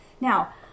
Now